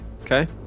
okay